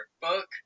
book